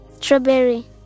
strawberry